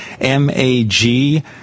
m-a-g